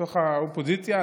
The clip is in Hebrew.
מתוך האופוזיציה,